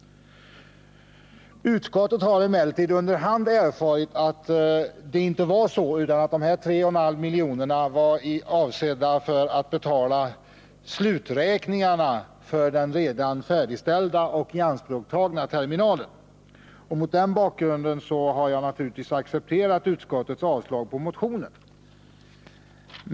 Utskottet har emellertid under hand erfarit att det inte var så, utan att de 3,5 miljonerna var avsedda för att betala sluträkningarna för den redan färdigställda och ianspråktagna terminalen. Mot den bakgrunden har jag naturligtvis accepterat utskottets hemställan om avslag på motionen.